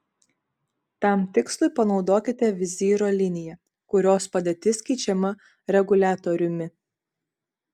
tam tikslui panaudokite vizyro liniją kurios padėtis keičiama reguliatoriumi